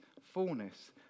fullness